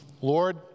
Lord